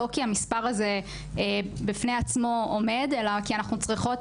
לא כי המספר הזה בפני עצמו עומד אלא כי אנחנו צריכות